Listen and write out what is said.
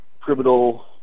criminal